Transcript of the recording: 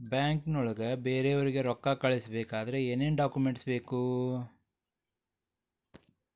ಬ್ಯಾಂಕ್ನೊಳಗ ಬೇರೆಯವರಿಗೆ ರೊಕ್ಕ ಕಳಿಸಬೇಕಾದರೆ ಏನೇನ್ ಡಾಕುಮೆಂಟ್ಸ್ ಬೇಕು?